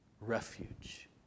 refuge